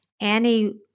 Annie